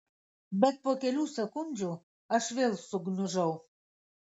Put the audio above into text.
bet po kelių sekundžių aš vėl sugniužau